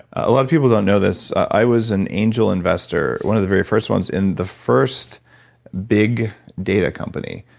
a lot of people don't know this i was an angel investor, one of the very first ones in the first big data company.